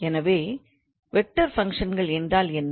எனவே வெக்டார் ஃபங்க்ஷன்கள் என்றால் என்ன